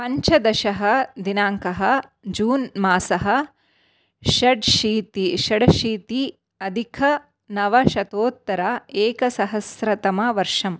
पञ्चदशः दिनाङ्कः जून् मासः षट्शीतिः षडशीति अधिकनवशतोत्तर एकसहस्रतमवर्षं